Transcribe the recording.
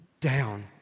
down